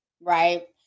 right